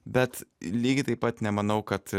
bet lygiai taip pat nemanau kad